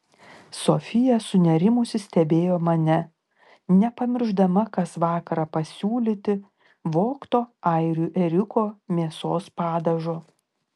sofija sunerimusi stebėjo mane nepamiršdama kas vakarą pasiūlyti vogto airių ėriuko mėsos padažo